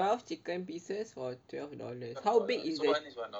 twelve chicken pieces for twelve dollars how big is the